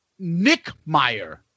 Nickmeyer